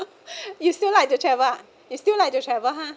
you still like to travel ah you still like to travel ha